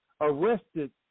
arrested